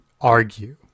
argue